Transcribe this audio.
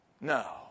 No